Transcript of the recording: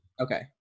okay